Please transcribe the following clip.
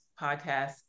podcast